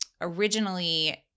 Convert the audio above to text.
originally